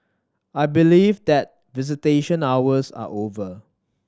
I believe that visitation hours are over